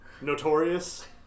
Notorious